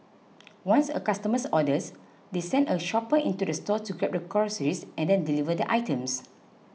once a customer orders they send a shopper into the store to grab the groceries and then deliver the items